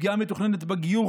פגיעה מתוכננת בגיור,